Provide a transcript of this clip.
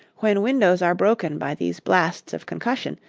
when windows are broken by these blasts of concussion,